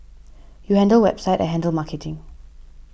you handle website I handle marketing